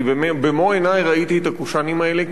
אני במו-עיני ראיתי את הקושאנים האלה,